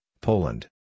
Poland